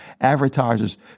advertisers